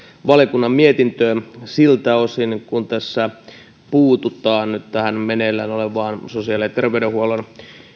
valiokunnan mietintöön siltä osin kun tässä puututaan nyt tähän meneillään olevaan sosiaali ja terveydenhuollon